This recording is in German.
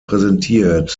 präsentiert